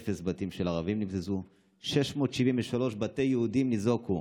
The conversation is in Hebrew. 0 בתים של ערבים נבזזו, 673 בתי יהודים ניזוקו,